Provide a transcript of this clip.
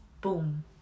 boom